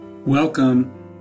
Welcome